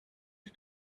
you